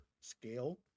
scale